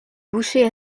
bouchée